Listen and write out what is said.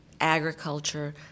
agriculture